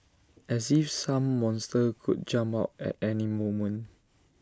as if some monster could jump out at any moment